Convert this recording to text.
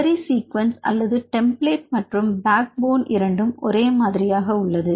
query sequence அல்லது template மற்றும் backbone 2 ம் ஒரே மாதிரியாக உள்ளது